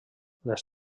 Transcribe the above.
les